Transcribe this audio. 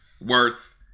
worth